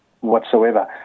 whatsoever